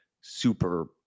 super